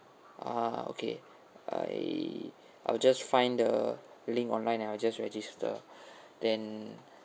ah okay I I will just find the link online and I will just register then